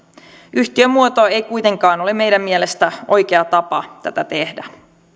yhtiömuoto ei kuitenkaan ole meidän mielestämme oikea tapa tätä tehdä